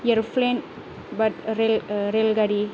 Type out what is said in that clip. एर प्लेन बा रेल रेलगारि